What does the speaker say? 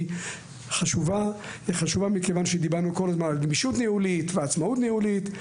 הוא חשוב מכיוון שכל הזמן דיברנו על גמישות ניהולית ועצמאות ניהולית.